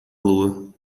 lua